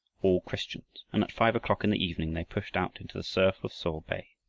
all christians, and at five o'clock in the evening they pushed out into the surf of so bay.